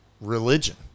religion